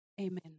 Amen